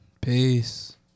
Peace